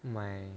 my